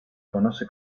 conoce